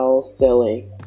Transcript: silly